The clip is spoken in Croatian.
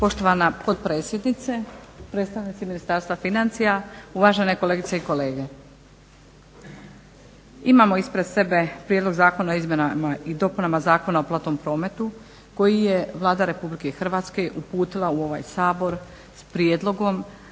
Poštovana potpredsjednice i predstavnici Ministarstva financija, uvažene kolegice i kolege. Imamo ispred sebe Prijedlog zakona o izmjenama i dopunama Zakona o platnom prometu koji je Vlada Republike Hrvatske uputila u ovaj Sabor s prijedlogom